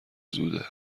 زوده